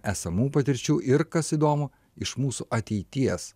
esamų patirčių ir kas įdomu iš mūsų ateities